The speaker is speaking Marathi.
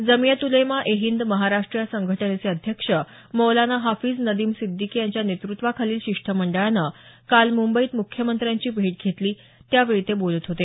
जमियत उलेमा ए हिंद महाराष्ट्र या संघटनेचे अध्यक्ष मौलाना हाफीज नदीम सिद्दिकी यांच्या नेतृत्वाखालील शिष्टमंडळानं काल मंबईत मुख्यमंत्र्यांची भेट घेतली त्यावेळी ते बोलत होते